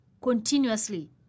continuously